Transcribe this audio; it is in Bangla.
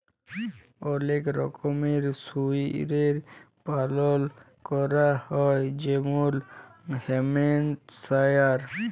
অলেক রকমের শুয়রের পালল ক্যরা হ্যয় যেমল হ্যাম্পশায়ার